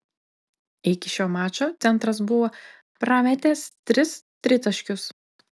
iki šio mačo centras buvo prametęs tris tritaškius